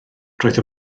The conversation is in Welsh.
roedd